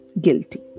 guilty